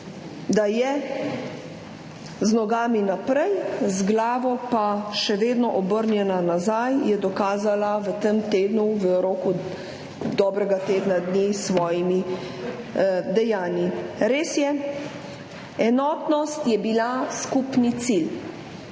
Da je z nogami naprej, z glavo pa še vedno obrnjena nazaj, je dokazala v tem tednu, v roku dobrega tedna dni s svojimi dejanji. Res je, enotnost je bila skupni cilj